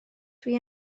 dwi